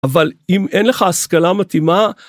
אבל אם אין לך השכלה מתאימה.